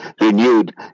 renewed